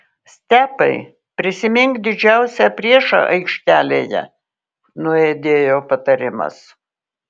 stepai prisimink didžiausią priešą aikštelėje nuaidėjo patarimas